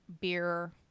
Beer